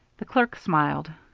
the clerk smiled.